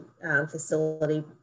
facility